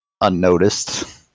unnoticed